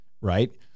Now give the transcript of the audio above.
right